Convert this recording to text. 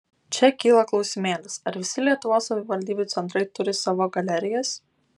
čia kyla klausimėlis ar visi lietuvos savivaldybių centrai turi savo galerijas